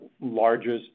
largest